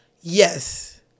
Yes